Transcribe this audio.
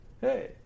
Hey